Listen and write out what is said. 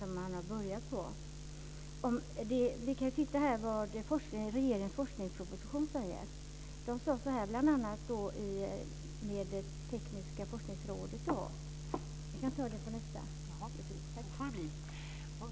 Jag vill i detta sammanhang hänvisa till vad Tekniska forskningsrådet säger i regeringens forskningsproposition.